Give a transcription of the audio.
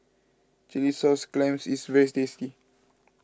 Chilli Sauce Clams is very tasty